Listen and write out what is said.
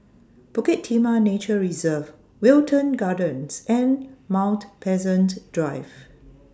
Bukit Timah Nature Reserve Wilton Gardens and Mount Pleasant Drive